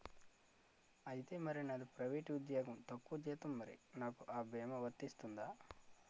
ఐతే మరి నాది ప్రైవేట్ ఉద్యోగం తక్కువ జీతం మరి నాకు అ భీమా వర్తిస్తుందా?